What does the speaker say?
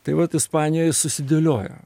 tai vat ispanijoj susidėliojo